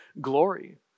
glory